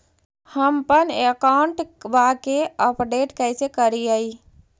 हमपन अकाउंट वा के अपडेट कैसै करिअई?